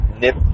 nip